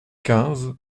quinze